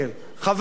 חבל מאוד.